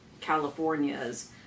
California's